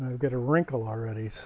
um i've got a wrinkle already. so